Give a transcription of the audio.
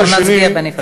כי אנחנו נצביע בנפרד.